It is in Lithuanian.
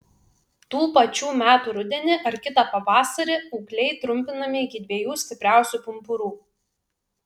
tų pačių metų rudenį ar kitą pavasarį ūgliai trumpinami iki dviejų stipriausių pumpurų